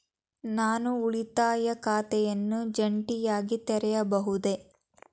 ನಾನು ಉಳಿತಾಯ ಖಾತೆಯನ್ನು ಜಂಟಿಯಾಗಿ ತೆರೆಯಬಹುದೇ?